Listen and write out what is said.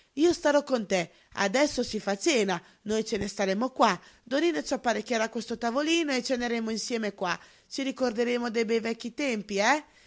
io starò con te adesso si fa cena noi ce ne staremo qua dorina ci apparecchierà questo tavolino e ceneremo insieme qua ci ricorderemo de bei tempi eh